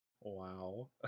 Wow